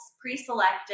pre-selected